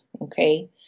Okay